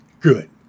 Good